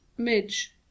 midge